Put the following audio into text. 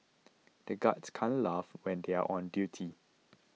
the guards can't laugh when they are on duty